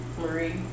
Marie